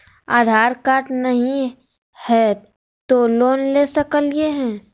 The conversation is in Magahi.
आधार कार्ड नही हय, तो लोन ले सकलिये है?